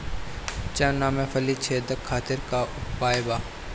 चना में फली छेदक खातिर का उपाय बा?